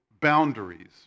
boundaries